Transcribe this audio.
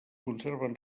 conserven